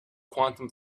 quantum